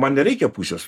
man nereikia pusės